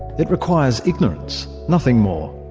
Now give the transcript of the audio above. it requires ignorance, nothing more.